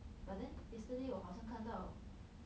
but then yesterday 我好像看到